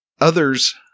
Others